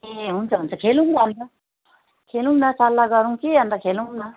ए हुन्छ हुन्छ खेलौँ अन्त खेलौँ न सल्लाह गरौँ कि अन्त खेलौँ न